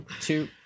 two